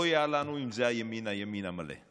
אויה לנו אם זה הימין, הימין המלא.